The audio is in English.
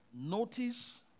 Notice